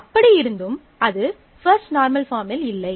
அப்படியிருந்தும் அது first normal பார்மில் இல்லை